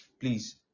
please